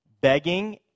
begging